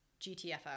GTFO